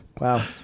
wow